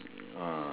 uh